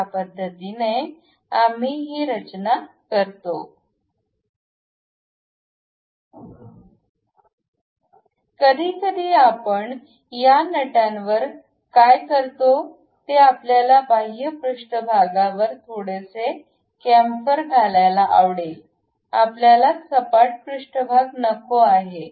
अशा पद्धतीने आम्ही ही रचना करतो कधीकधी आपण या नटांवर काय करतो ते आपल्याला बाह्य पृष्ठभागावर थोडेसे कॅम्पफर घालायला आवडेल आपल्याला सपाट पृष्ठभाग नको आहे